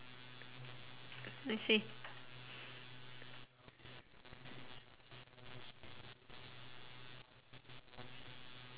I see